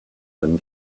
than